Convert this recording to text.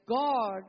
God